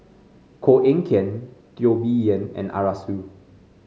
Koh Eng Kian Teo Bee Yen and Arasu